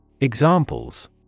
Examples